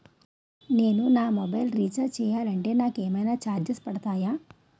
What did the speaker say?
నేను నా mobile recharge చేయాలంటే నాకు ఏమైనా చార్జెస్ పడతాయా?